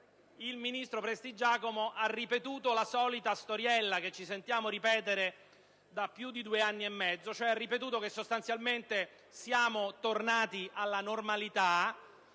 Il ministro Prestigiacomo ha ripetuto la solita storiella che ci sentiamo ripetere da più di due anni e mezzo, e cioè che sostanzialmente siamo tornati alla normalità